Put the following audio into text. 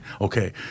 okay